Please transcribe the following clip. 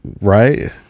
Right